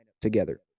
together